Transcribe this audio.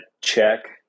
check